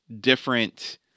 different